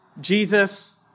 Jesus